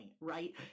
right